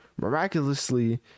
miraculously